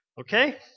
Okay